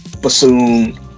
bassoon